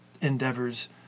endeavors